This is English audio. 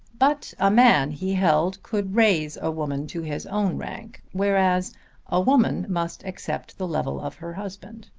but a man, he held, could raise a woman to his own rank, whereas a woman must accept the level of her husband.